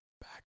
back